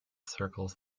circles